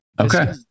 Okay